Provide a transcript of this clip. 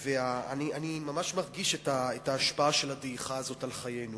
ואני ממש מרגיש את ההשפעה של הדעיכה הזאת על חיינו.